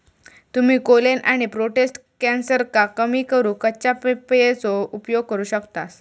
तुम्ही कोलेन आणि प्रोटेस्ट कॅन्सरका कमी करूक कच्च्या पपयेचो उपयोग करू शकतास